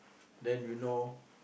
then you know